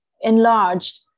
enlarged